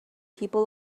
people